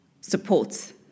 supports